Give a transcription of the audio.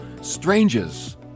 strangers